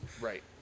Right